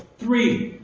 three.